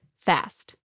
fast